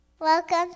Welcome